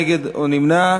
נגד או נמנע.